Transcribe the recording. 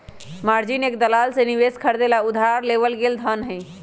margin एक दलाल से निवेश खरीदे ला उधार लेवल गैल धन हई